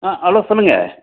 ஆ hello சொல்லுங்கள்